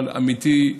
אבל עמיתיי,